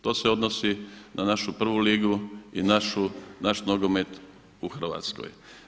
To se odnosi na našu prvu ligu i naš nogomet u Hrvatskoj.